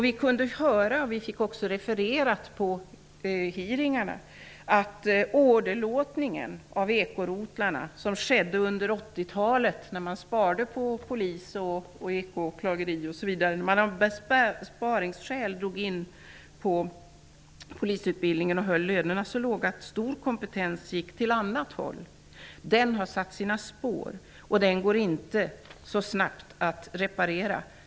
Vid hearingarna fick vi också refererat att åderlåtningen av ekorotlarna som skedde under 80 talet har satt sina spår. Det sparades på polis och åklageri, polisutbildningen inskränktes av besparingsskäl och lönerna hölls så låga att stor kompetens försvann åt annat håll. Detta går inte så snabbt att reparera.